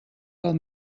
del